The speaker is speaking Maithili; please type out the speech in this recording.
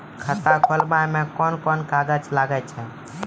खाता खोलावै मे कोन कोन कागज लागै छै?